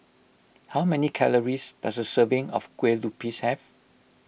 how many calories does a serving of Kue Lupis have